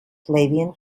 flavian